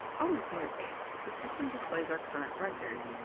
on this interface, the system displays our current record,